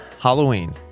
Halloween